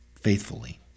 faithfully